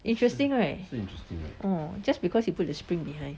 interesting right orh just because you put the spring behind